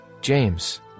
James